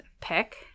pick